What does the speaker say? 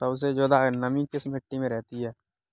सबसे ज्यादा नमी किस मिट्टी में रहती है?